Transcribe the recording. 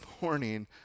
morning